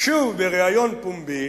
שוב בריאיון פומבי,